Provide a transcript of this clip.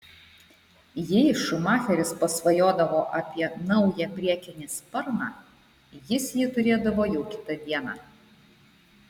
jei schumacheris pasvajodavo apie naują priekinį sparną jis jį turėdavo jau kitą dieną